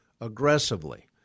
aggressively